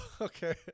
okay